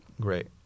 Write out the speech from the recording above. Great